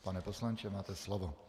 Pane poslanče, máte slovo.